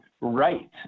right